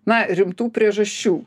na rimtų priežasčių